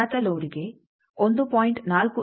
48 centimetre ಅದು generator ಕಡೆಗೆ ಆಗಿದೆ